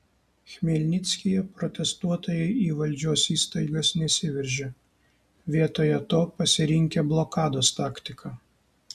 chmelnickyje protestuotojai į valdžios įstaigas nesiveržė vietoje to pasirinkę blokados taktiką